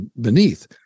beneath